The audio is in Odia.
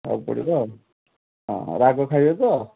ସବୁ ପଡ଼ିବ ହଁ ହଁ ରାଗ ଖାଇବେ ତ